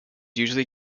usually